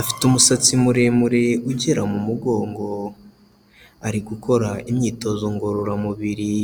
afite umusatsi muremure ugera mu mugongo, ari gukora imyitozo ngororamubiri.